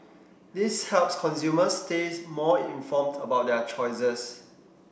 this helps consumers stays more informed about their choices